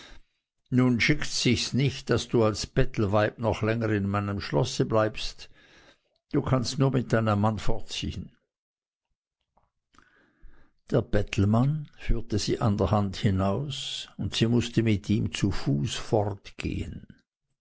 nun schickt sichs nicht daß du als ein bettelweib noch länger in meinem schloß bleibst du kannst nur mit deinem manne fortziehen der bettelmann führte sie an der hand hinaus und sie mußte mit ihm zu fuß fortgehen